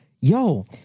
yo